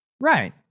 Right